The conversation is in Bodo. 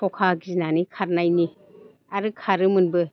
सखा गिनानै खारनायनि आरो खारोमोनबो